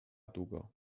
długo